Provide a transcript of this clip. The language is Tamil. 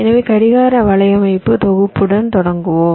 எனவே கடிகார வலையமைப்பு தொகுப்புடன் தொடங்குவோம்